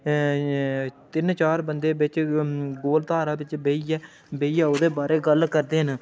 तिन्न चार बंदे बिच गोल धारै बिच बेहियै ओह्दे बारै गल्ल करदे न